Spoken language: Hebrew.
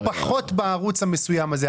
-- או פחות בערוץ המסוים הזה?